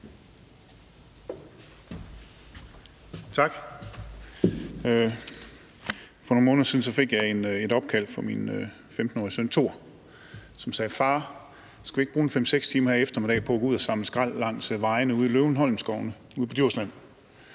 Tak. For nogle måneder siden fik jeg et opkald fra min 15-årige søn, Thor, som sagde: Far, skal vi ikke bruge en 5-6 timer her i eftermiddag på at gå ud og samle skrald langs vejene ude i Løvenholm Skoven ude på Djursland?